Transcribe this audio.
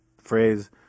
phrase